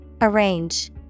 Arrange